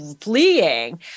fleeing